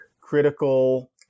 critical